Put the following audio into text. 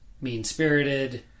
mean-spirited